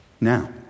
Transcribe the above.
Now